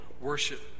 worship